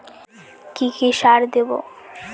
কি কি সার দেবো?